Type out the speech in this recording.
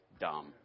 Dumb